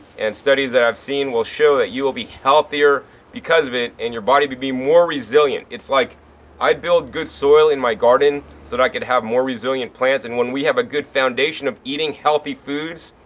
and studies that i have seen will show that you will be healthier because of it and your body will be more resilient. it's like i build good soil in my garden so that i could have more resilient plants. and when we have a good foundation of eating healthy foods,